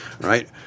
right